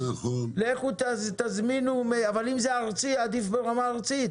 אבל אם זה ארצי עדיף ברמה הארצית.